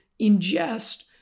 ingest